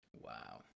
Wow